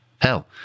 Hell